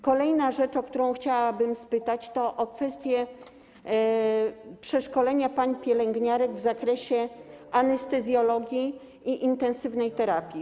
Kolejna rzecz, o którą chciałabym spytać, to kwestia przeszkolenia pań pielęgniarek w zakresie anestezjologii i intensywnej terapii.